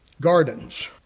Gardens